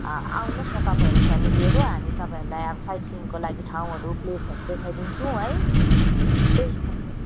अँ आउनुहोस् न तपाईँहरू फ्यामिलीहरू हामी तपाईँहरूलाई अब साइड सिनको लागि ठाउँहरू प्लेसहरू देखाइदिन्छौँ है त्यही हिसाबले